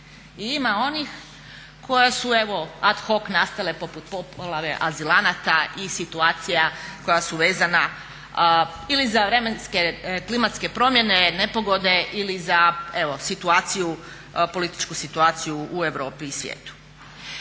ima onih koja su evo ad hoc nastale poput poplave azilanata i situacija koja su vezana ili za vremenske klimatske promjene, nepogode ili za evo situaciju, političku situaciju u Europi i svijetu.